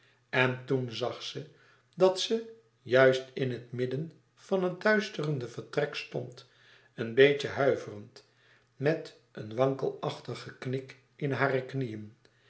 en toen zag ze dat ze juist in het midden van het duisterende vertrek stond een beetje huiverend met een wankelachtig geknik in hare knieën